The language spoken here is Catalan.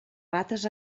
rates